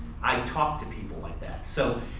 i talked to people like that. so